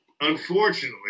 unfortunately